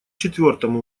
четвертому